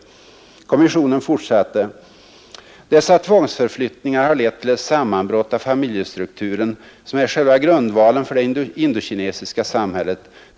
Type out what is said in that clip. Kommissionen fortsatte: ”Dessa tvångsförflyttningar har lett till ett sammanbrott av familjestrukturen, som är själva grundvalen för det indokinesiska samhället.